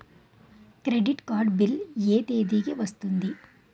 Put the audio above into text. Credit card bill ఎ తేదీ కి వస్తుంది?